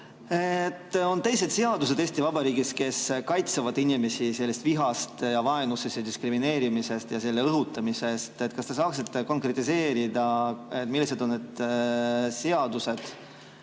on teised seadused Eesti Vabariigis, mis kaitsevad inimesi viha ja vaenu ja diskrimineerimise ja selle õhutamise eest. Kas te saaksite konkretiseerida, millised on need seadused,